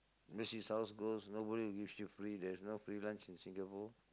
this is how it goes nobody will give you free there's no free lunch in Singapore